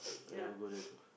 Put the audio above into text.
I never go there before